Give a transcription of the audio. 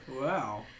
Wow